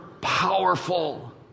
powerful